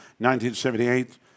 1978